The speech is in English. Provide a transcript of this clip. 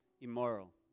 immoral